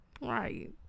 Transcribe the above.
Right